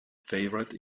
favorite